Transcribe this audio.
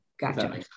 Gotcha